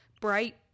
bright